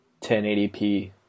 1080p